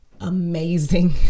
amazing